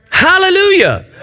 Hallelujah